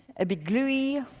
a bit gluey,